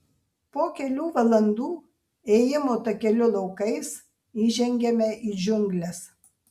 po kelių valandų ėjimo takeliu laukais įžengiame į džiungles